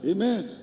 Amen